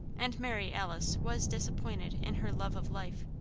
and mary alice was disappointed in her love of life.